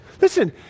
Listen